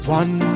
one